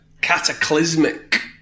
cataclysmic